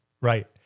Right